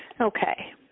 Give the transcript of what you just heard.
Okay